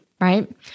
right